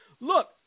Look